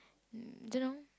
mm don't know